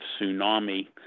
tsunami